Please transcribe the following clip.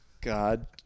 God